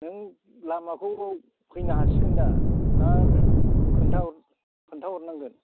नों लामाखौ फैनो हासिगोन दा ना खोन्था हर खोन्था हरनांगोन